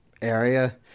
area